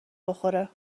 بخوره